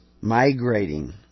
migrating